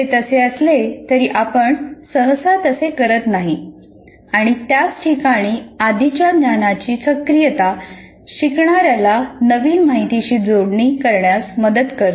ते तसे असले तरी आपण सहसा तसे करीत नाही आणि त्याच ठिकाणी आधीच्या ज्ञानाची सक्रियता शिकणार्याला नवीन माहितीशी जोडणी करण्यास मदत करते